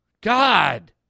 God